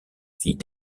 fille